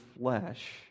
flesh